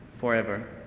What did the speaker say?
forever